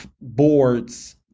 boards